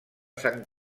sant